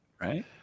right